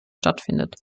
stattfindet